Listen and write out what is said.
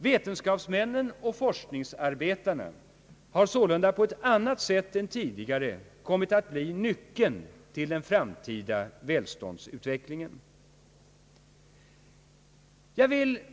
Vetenskapsmännen och forskningsarbetarna har sålunda på ett annat sätt än tidigare kommit att bli nyckeln till den framtida välståndsutvecklingen.